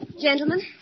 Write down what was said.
Gentlemen